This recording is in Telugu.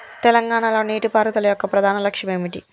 తెలంగాణ లో నీటిపారుదల యొక్క ప్రధాన లక్ష్యం ఏమిటి?